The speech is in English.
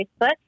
Facebook